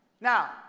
Now